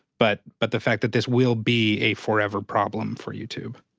but but the fact that this will be a forever problem for youtube.